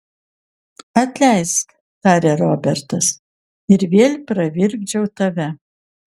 atleisk tarė robertas ir vėl pravirkdžiau tave